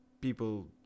people